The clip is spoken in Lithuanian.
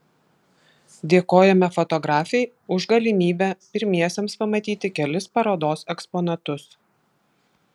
dėkojame fotografei už galimybę pirmiesiems pamatyti kelis parodos eksponatus